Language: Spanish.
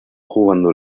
jugando